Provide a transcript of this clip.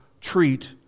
treat